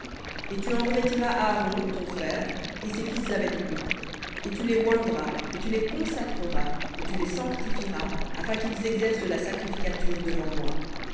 et tu en revêtiras aaron ton frère et ses fils avec lui et tu les oindras et tu les consacreras et tu les sanctifieras afin qu'ils exercent la sacrificature devant moi